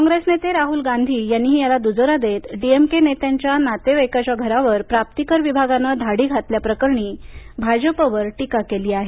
काँग्रेस नेते राहूल गांधी यांनीही याला दुजोरा देत डीएमके नेत्याच्या नातेवाईकाच्या घरावर प्राप्तीकर विभागानं धाडी घातल्या प्रकरणी भाजपवर टीका केलीआहे